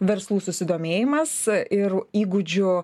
verslų susidomėjimas a ir įgūdžių